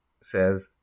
says